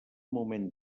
moment